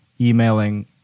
emailing